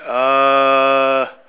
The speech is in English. uh